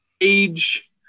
Age